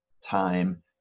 time